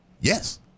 Yes